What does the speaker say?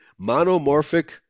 monomorphic